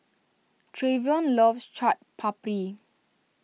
Trayvon loves Chaat Papri